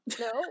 no